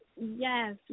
yes